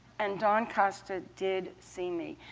and don costa did see me,